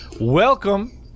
Welcome